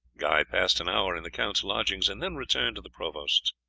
guy passed an hour in the count's lodgings and then returned to the provost's.